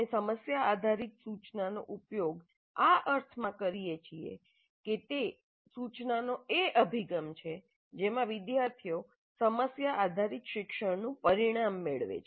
અમે સમસ્યા આધારિત સૂચનાનો ઉપયોગ આ અર્થમાં કરીએ છીએ કે તે સૂચનાનો એ અભિગમ છે જેમાં વિદ્યાર્થીઓ સમસ્યા આધારિત શિક્ષણનું પરિણામ મેળવે છે